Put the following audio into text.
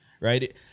right